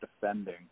defending